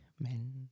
men